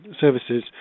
services